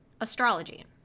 astrology